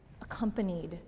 accompanied